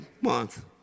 month